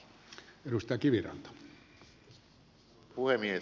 arvoisa puhemies